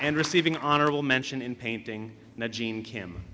and receiving an honorable mention in painting the gene kim